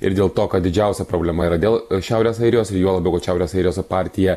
ir dėl to kad didžiausia problema yra dėl šiaurės airijos ir juo labiau kad šiaurės airijos partija